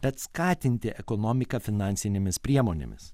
bet skatinti ekonomiką finansinėmis priemonėmis